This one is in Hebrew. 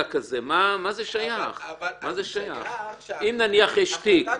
מה קורה עם תיקים